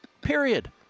Period